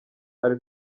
ari